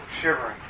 shivering